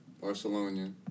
Barcelona